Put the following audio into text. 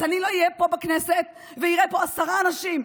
אז אני לא אהיה פה בכנסת ואראה פה עשרה אנשים,